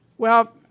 well,